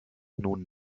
nun